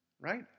right